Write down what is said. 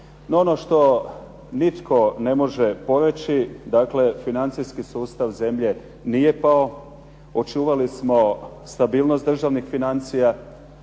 ono što nitko ne može poreći, dakle financijski sustav zemlje nije pao, očuvali smo stabilnost državnih financija.